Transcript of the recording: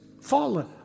fallen